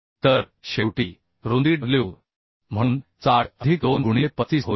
तर शेवटी रुंदी डब्ल्यू म्हणून 60 अधिक 2 गुणिले 35 होईल